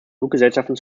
fluggesellschaften